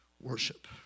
worship